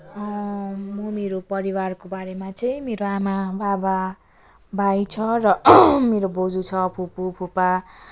म मेरो परिवारको बारेमा चाहिँ मेरो आमा बाबा भाइ छ र मेरो बोजू छ फुपू फुपा